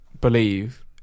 believe